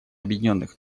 объединенных